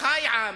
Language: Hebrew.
חי עם,